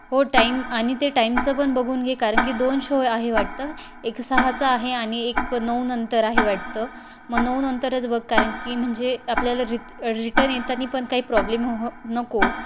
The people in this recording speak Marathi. हो टाईम आणि ते टाईमचं पण बघून घे कारण की दोन शो आहे वाटतं एक सहाचं आहे आणि एक नऊनंतर आहे वाटतं मग नऊ नंतरच बघ कारण की म्हणजे आपल्याला रि रिटर्न येताना पण काही प्रॉब्लेम हो हो नको